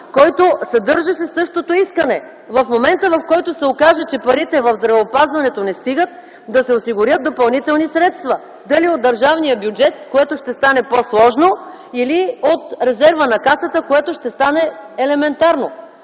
който съдържаше същото искане – в момента, в който се окаже, че парите в здравеопазването не стигат, да се осигурят допълнителни средства – дали от държавния бюджет, което ще стане по-сложно, или от резерва на Касата, което ще стане елементарно.